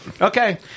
Okay